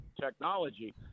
technology